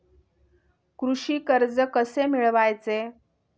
कृषी कर्ज कसे मिळवायचे?